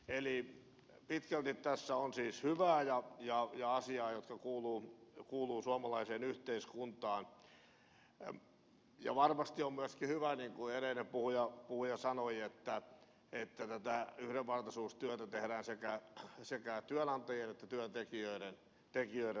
eli pitkälti tässä on siis hyvää ja asiaa joka kuuluu suomalaiseen yhteiskuntaan ja varmasti on myöskin hyvä niin kuin edellinen puhuja sanoi että tätä yhdenvertaisuustyötä tehdään sekä työnantajien että työntekijöiden toimesta